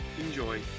enjoy